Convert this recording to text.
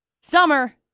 summer